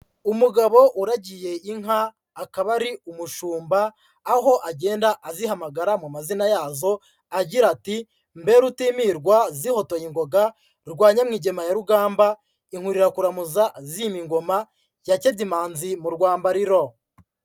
Umugabo uragiye inka akaba ari umushumba aho agenda azihamagara mu mazina yazo, agira ati "mbe rutimirwa zihotoye ingoga rwanyamwigema ya rugamba inkurirakuramuza zima ingoma yakebye imanzi mu rwambariro."